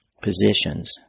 positions